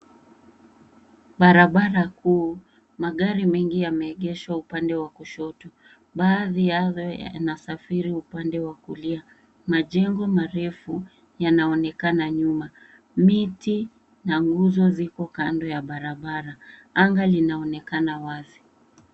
Barabara kuu. Magari mengi yameegeshwa upande wa kushoto. Baadhi yao yanasafiri upande wa kulia. Majengo marefu yanaonekana nyuma. Miti na nguzo ziko kando ya barabara. Anga linaonekana wazi.